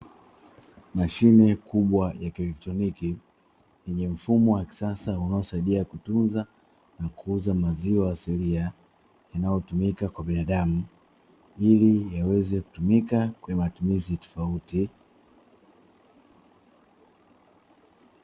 Mashine kubwa ya kieletroniki yenye mfumo wa kisasa unaosaidia kutunza na kuuza maziwa asilia unaotumika kwa binadamu ili yaweze kutumika kwa matumizi tofauti.